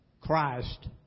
Christ